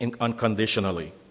unconditionally